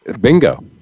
Bingo